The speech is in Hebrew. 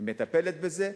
מטפלת בזה,